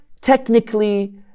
technically